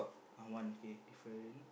ah one okay different